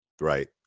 Right